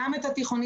גם את התיכוניסטים.